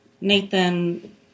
Nathan